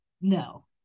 no